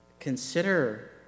Consider